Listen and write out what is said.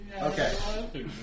Okay